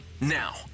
Now